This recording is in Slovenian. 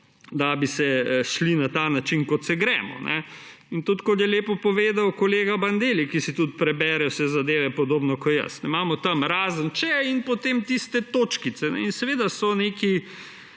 da bi se šli na tak način, kot se gremo. In tako, kot je lepo povedal kolega Bandelli, ki si tudi prebere vse zadeve, podobno kot jaz, imamo tam »razen če« in potem tiste točkice in seveda so neki